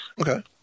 Okay